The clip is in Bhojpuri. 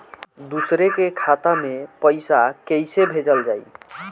दूसरे के खाता में पइसा केइसे भेजल जाइ?